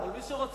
מי שרוצה,